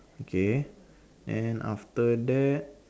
okay and after that